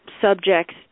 subjects